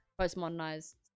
post-modernized